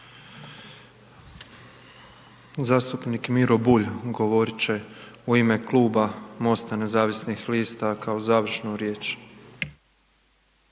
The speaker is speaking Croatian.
Zastupnik Miro Bulj govorit će u ime Kluba MOSTA nezavisnih lista kao završnu riječ.